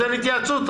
אין עוד התייעצות...